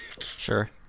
Sure